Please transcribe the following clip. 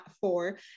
four